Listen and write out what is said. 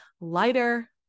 lighter